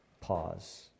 pause